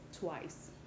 Twice